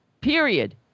period